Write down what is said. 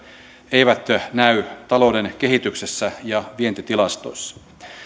eivät näy talouden kehityksessä ja vientitilastoissa